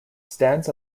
stands